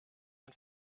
den